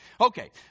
Okay